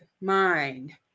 mind